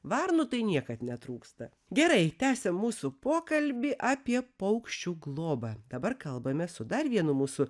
varnų tai niekad netrūksta gerai tęsiam mūsų pokalbį apie paukščių globą dabar kalbamės su dar vienu mūsų